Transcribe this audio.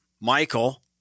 Michael